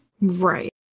Right